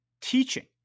teaching